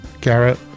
Garrett